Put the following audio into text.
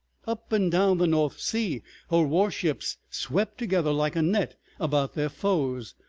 up and down the north sea her warships swept together like a net about their foes.